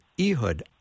Ehud